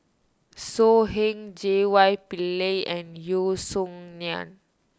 So Heng J Y Pillay and Yeo Song Nian